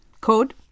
Code